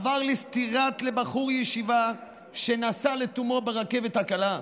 זה עבר לסטירה לבחור ישיבה שנסע לתומו ברכבת הקלה,